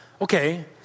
okay